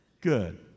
Good